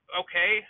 okay